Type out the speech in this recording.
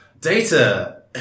Data